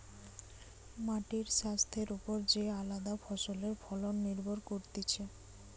মাটির স্বাস্থ্যের ওপর যে আলদা ফসলের ফলন নির্ভর করতিছে